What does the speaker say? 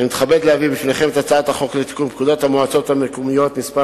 אני מתכבד להביא בפניכם את הצעת חוק לתיקון פקודת המועצות המקומיות (מס'